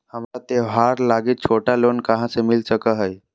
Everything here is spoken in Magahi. हमरा त्योहार लागि छोटा लोन कहाँ से मिल सको हइ?